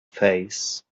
face